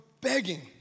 begging